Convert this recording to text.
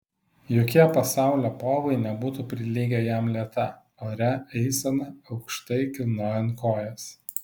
jokie pasaulio povai nebūtų prilygę jam lėta oria eisena aukštai kilnojant kojas